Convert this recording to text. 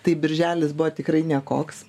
tai birželis buvo tikrai nekoks